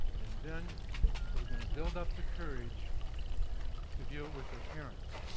and then they're going to build up the courage to view it with their parents.